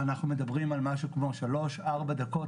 אנחנו מדברים על משהו כמו שלוש-ארבע דקות